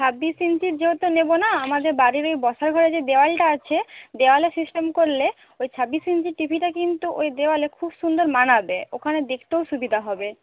ছাব্বিশ ইঞ্চির তো নেব না আমাদের বাড়ির ওই বসার ঘরের যে দেওয়ালটা আছে দেওয়ালে সিস্টেম করলে ওই ছাব্বিশ ইঞ্চির টিভিটা কিন্তু ওই দেওয়ালে খুব সুন্দর মানাবে ওখানে দেখতেও সুবিধা হবে